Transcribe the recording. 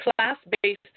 class-based